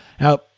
Now